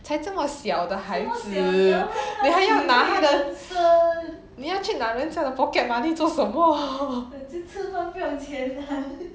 才这么小的孩子你还好拿他的你要去拿人家的 pocket money 做什么